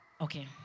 okay